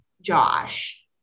Josh